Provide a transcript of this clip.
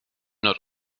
nord